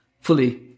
fully